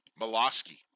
Miloski